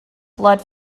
blood